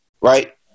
right